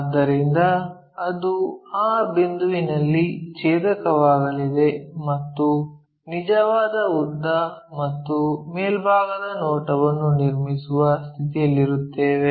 ಆದ್ದರಿಂದ ಅದು ಆ ಬಿಂದುವಿನಲ್ಲಿ ಛೇದಕವಾಗಲಿದೆ ಮತ್ತು ನಿಜವಾದ ಉದ್ದ ಮತ್ತು ಮೇಲ್ಭಾಗದ ನೋಟವನ್ನು ನಿರ್ಮಿಸುವ ಸ್ಥಿತಿಯಲ್ಲಿರುತ್ತೇವೆ